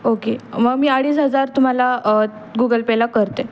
okay मग मी अडीच हजार तुम्हाला गुगल पेला करते